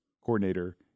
coordinator